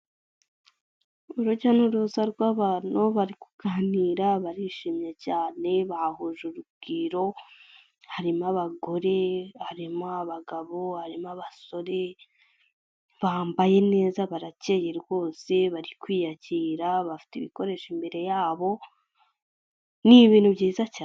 Urujya n'uruza rw'abantu bari kuganira barishimye cyane bahahuje urugwiro harimo abagore, harimo abagabo, harimo abasore bambaye neza barakeye rwose bari kwiyakira bafite ibikoresho imbere yabo, ni ibintu byiza cyane.